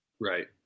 Right